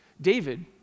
David